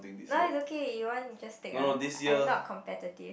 no it's okay you want you just take ah I'm not competitive